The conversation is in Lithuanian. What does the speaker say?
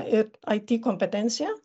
ir it kompetencija